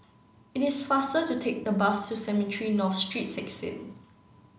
it is faster to take the bus to Cemetry North Street sixteen